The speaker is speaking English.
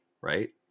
right